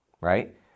right